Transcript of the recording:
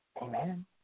Amen